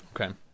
Okay